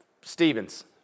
Stevens